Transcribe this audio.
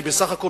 כי בסך הכול,